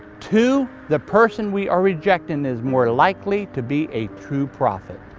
two the person we are rejecting is more likely to be a true prophet.